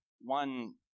one